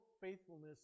faithfulness